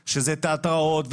תיאטראות,